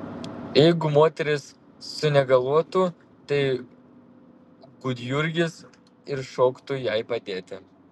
jeigu moteris sunegaluotų tai gudjurgis ir šoktų jai padėti